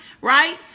right